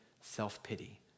self-pity